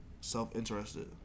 self-interested